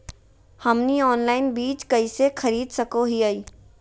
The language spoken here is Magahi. हमनी ऑनलाइन बीज कइसे खरीद सको हीयइ?